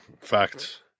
Facts